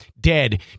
dead